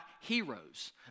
heroes